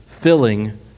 filling